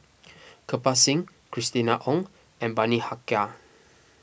Kirpal Singh Christina Ong and Bani Haykal